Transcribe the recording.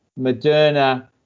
Moderna